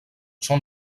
són